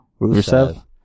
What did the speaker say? Rusev